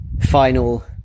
final